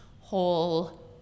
whole